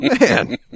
man